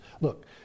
look